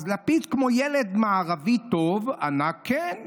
לפיד כמו ילד מערבי טוב ענה: כן.